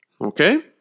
Okay